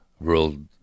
world